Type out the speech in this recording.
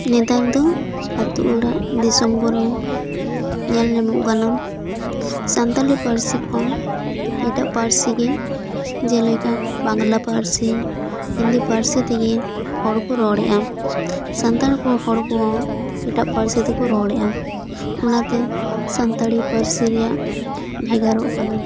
ᱱᱮᱛᱟᱨ ᱫᱚ ᱟᱹᱛᱩ ᱚᱲᱟᱜ ᱫᱤᱥᱚᱢ ᱠᱚᱨᱮ ᱧᱮᱞ ᱧᱟᱢᱚᱜ ᱠᱟᱱᱟ ᱥᱟᱱᱛᱟᱞᱤ ᱯᱟᱨᱥᱤ ᱠᱷᱚᱱ ᱮᱴᱟᱜ ᱯᱟᱹᱨᱥᱤ ᱜᱮ ᱡᱮᱞᱮᱠᱟ ᱵᱟᱝᱞᱟ ᱯᱟᱹᱨᱥᱤ ᱦᱤᱱᱫᱤ ᱯᱟᱹᱨᱥᱤ ᱛᱮᱜᱮ ᱦᱚᱲ ᱠᱚ ᱨᱚᱲᱮᱜᱼᱟ ᱥᱟᱱᱛᱟᱲ ᱠᱚ ᱦᱚᱲ ᱠᱚᱦᱚᱸ ᱮᱴᱟᱜ ᱯᱟᱹᱨᱥᱤ ᱛᱮᱠᱚ ᱨᱚᱲᱮᱫᱼᱟ ᱚᱱᱟ ᱛᱮ ᱥᱟᱱᱛᱟᱲᱤ ᱯᱟᱨᱥᱤ ᱨᱮᱭᱟᱜ ᱵᱷᱮᱜᱟᱨᱚᱜ ᱠᱟᱱᱟ